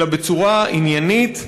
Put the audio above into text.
אלא בצורה עניינית,